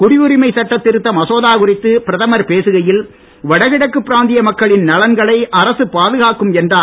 குடியுரிமை சட்ட திருத்த மசோதா குறித்து பிரதமர் பேசுகையில் வடகிழக்கு பிராந்திய மக்களின் நலன்களை அரசு பாதுகாக்கும் என்றார்